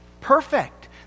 perfect